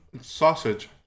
sausage